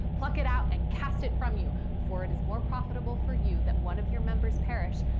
pluck it out and cast it from you for it is more profitable for you that one of your members perish,